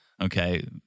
Okay